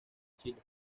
chile